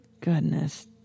goodness